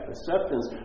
Acceptance